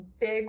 big